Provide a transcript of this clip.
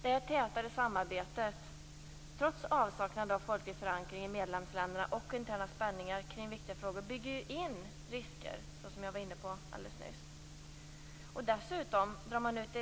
Ett tätare samarbete, trots avsaknad av folklig förankring i medlemsländerna och interna spänningar kring viktiga frågor, bygger in risker.